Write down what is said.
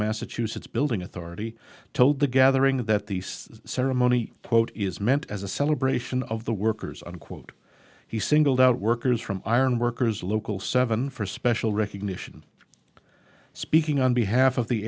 massachusetts building authority told the gathering that the ceremony quote is meant as a celebration of the workers unquote he singled out workers from ironworkers local seven for special recognition speaking on behalf of the